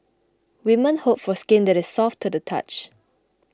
women hope for skin that is soft to the touch